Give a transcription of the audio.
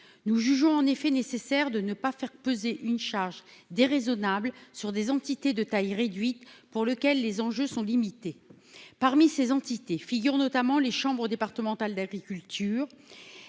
nous jugeons en effet nécessaire de ne pas faire peser une charge déraisonnable sur des entités de taille réduite, pour lequel les enjeux sont limités, parmi ces entités figurent notamment les chambres départementales d'agriculture,